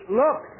look